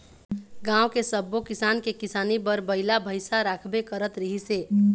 गाँव के सब्बो किसान के किसानी बर बइला भइसा राखबे करत रिहिस हे